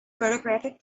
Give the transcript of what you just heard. photographic